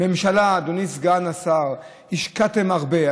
בממשלה, אדוני סגן השר, השקעתם הרבה.